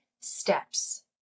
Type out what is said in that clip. steps